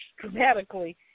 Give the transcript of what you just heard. dramatically